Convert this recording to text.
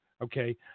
Okay